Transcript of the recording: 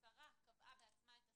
השרה קבעה בעצמה את הסייגים,